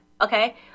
Okay